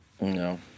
No